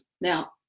now